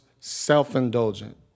self-indulgent